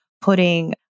putting